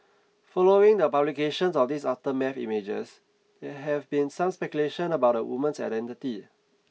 following the publications of these aftermath images there have been some speculation about the woman's identity